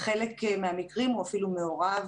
בחלק מהמקרים הוא אפילו מעורב